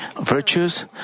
virtues